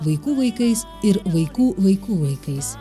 vaikų vaikais ir vaikų vaikų vaikais